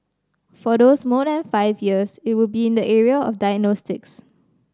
for those more than five years it would be in the area of diagnostics